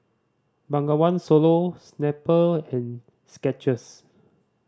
Bengawan Solo Snapple and Skechers